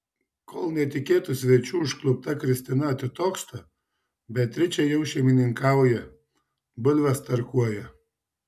kol netikėtų svečių užklupta kristina atitoksta beatričė jau šeimininkauja bulves tarkuoja